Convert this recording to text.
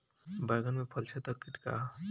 बैंगन में फल छेदक किट का ह?